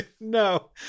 No